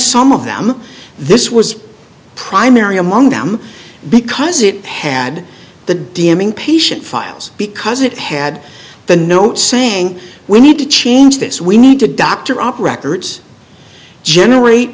some of them this was primary among them because it had the d m in patient files because it had the note saying we need to change this we need to doctor op records generate